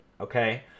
okay